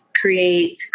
create